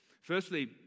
Firstly